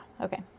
Okay